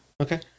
Okay